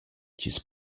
chi’s